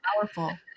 powerful